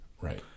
right